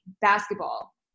basketball